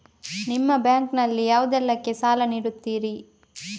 ನಿಮ್ಮ ಬ್ಯಾಂಕ್ ನಲ್ಲಿ ಯಾವುದೇಲ್ಲಕ್ಕೆ ಸಾಲ ನೀಡುತ್ತಿರಿ?